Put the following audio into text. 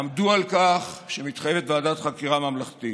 עמדו על כך שמתחייבת בו ועדת חקירה ממלכתית.